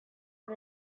por